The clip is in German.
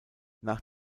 nach